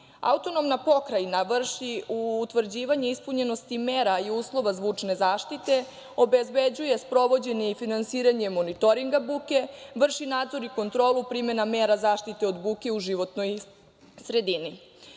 javnosti. Autonomna pokrajina vrši utvrđivanje ispunjenosti mera i uslova zvučne zaštite, obezbeđuje sprovođenje i finansiranje monitoringa buke, vrši nadzor i kontrolu primene mera zaštite od buke u životnoj sredini. Jedinice